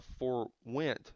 forwent